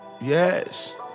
Yes